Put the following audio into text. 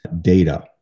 data